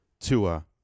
Tua